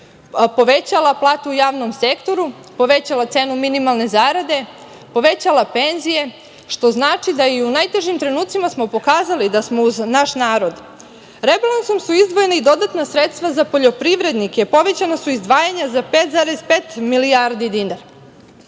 povećala plate u javnom sektoru, povećala cenu minimalne zarade, povećala penzije, što znači da i u najtežim trenucima smo pokazali da smo uz naš narod. Rebalansom su izdvojena i dodatna sredstva za poljoprivrednike, povećana su izdvajanja za 5,5 milijardi dinara. Naša